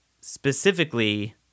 specifically